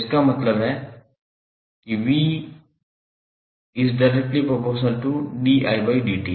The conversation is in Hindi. तो इसका मतलब है कि 𝑣 ∞𝑑𝑖𝑑𝑡